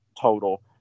total